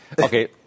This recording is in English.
Okay